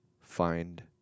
find